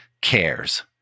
cares